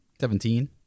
seventeen